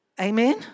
Amen